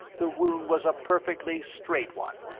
the wound was a perfectly straight one.